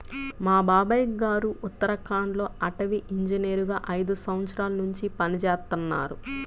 మా బాబాయ్ గారు ఉత్తరాఖండ్ లో అటవీ ఇంజనీరుగా ఐదు సంవత్సరాల్నుంచి పనిజేత్తన్నారు